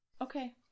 Okay